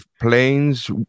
planes